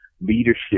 leadership